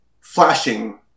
flashing